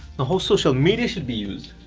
how social media should be used